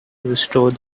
restore